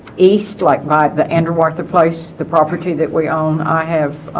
east like by the and arthur place the property that we own i have